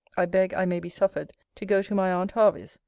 i beg i may be suffered to go to my aunt hervey's,